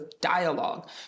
dialogue